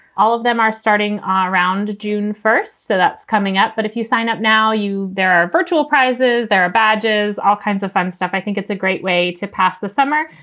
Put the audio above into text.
all of them are starting ah around june first. so that's coming up. but if you sign up now, you there are virtual prizes. there are badges, all kinds of fun stuff. i think it's a great way to pass the summer.